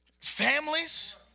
Families